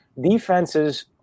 Defenses